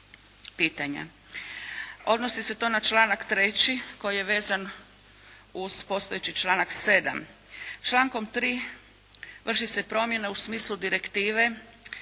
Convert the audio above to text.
Odnosi se to na članak 3. koji je vezan uz postojeći članak 7. Člankom 3. vrši se promjena u smislu direktive